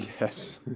Yes